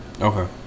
okay